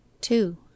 two